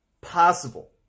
possible